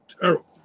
terrible